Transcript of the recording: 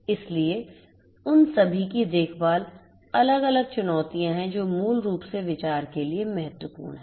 इसलिए उन सभी की देखभाल अलग अलग चुनौतियां हैं जो मूल रूप से विचार के लिए महत्वपूर्ण हैं